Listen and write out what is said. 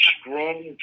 strong